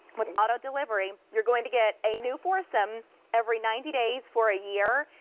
with auto-delivery you're going to get a new foursome every ninety days for ah year,